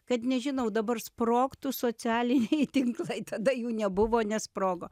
kad nežinau dabar sprogtų socialiniai tinklai tada jų nebuvo nesprogo